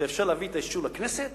שאפשר יהיה להביא אותו לאישור לכנסת